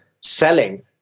selling